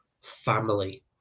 Family